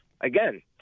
Again